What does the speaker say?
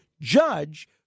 judge